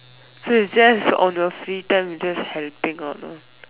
so it's just on your free time you just helping out lah